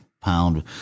pound